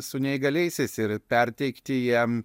su neįgaliaisiais ir perteikti jiem